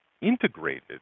integrated